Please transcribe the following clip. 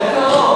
בוקר טוב.